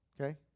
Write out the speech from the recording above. Okay